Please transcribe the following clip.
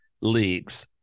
leagues